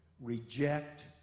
reject